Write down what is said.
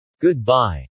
Goodbye